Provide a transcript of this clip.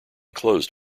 closed